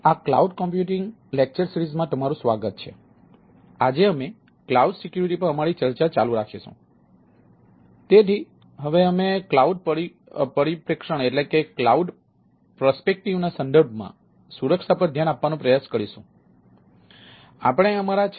આ cloud computing છે